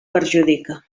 perjudica